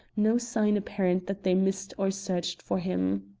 no sign apparent that they missed or searched for him.